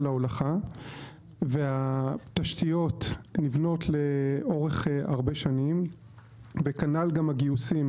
ההולכה והתשתיות נבנות לאורך הרבה שנים וכנ"ל גם הגיוסים,